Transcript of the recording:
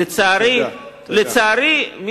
לצערי,